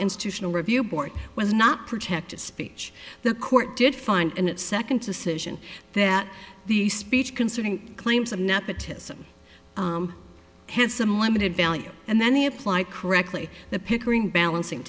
institutional review board was not protected speech the court did find it second decision that the speech concerning claims of nepotism had some limited value and then he applied correctly the pickering balancing